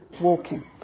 walking